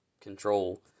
control